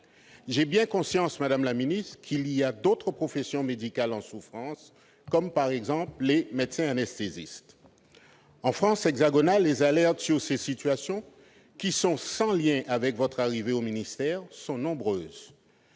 suis bien conscient, madame la ministre, qu'il y a d'autres professions médicales en souffrance, comme les médecins-anesthésistes. En France hexagonale, les alertes sur ces situations, qui sont sans lien avec votre arrivée au ministère, sont nombreuses.